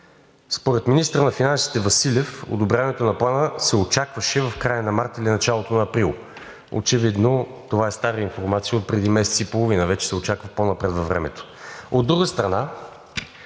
Според министъра на финансите Василев одобряването на Плана се очаква в края на месец март или началото на април. Очевидно това е стара информация отпреди месец и половина. Вече се очаква по-напред във времето. От друга страна,